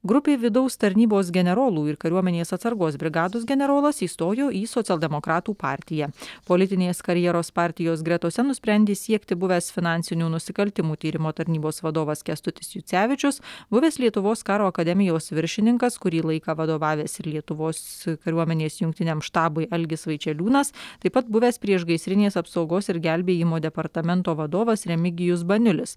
grupė vidaus tarnybos generolų ir kariuomenės atsargos brigados generolas įstojo į socialdemokratų partiją politinės karjeros partijos gretose nusprendė siekti buvęs finansinių nusikaltimų tyrimo tarnybos vadovas kęstutis jucevičius buvęs lietuvos karo akademijos viršininkas kurį laiką vadovavęs ir lietuvos kariuomenės jungtiniam štabui algis vaičeliūnas taip pat buvęs priešgaisrinės apsaugos ir gelbėjimo departamento vadovas remigijus baniulis